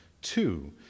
Two